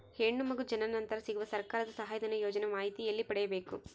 ಹೆಣ್ಣು ಮಗು ಜನನ ನಂತರ ಸಿಗುವ ಸರ್ಕಾರದ ಸಹಾಯಧನ ಯೋಜನೆ ಮಾಹಿತಿ ಎಲ್ಲಿ ಪಡೆಯಬೇಕು?